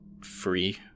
free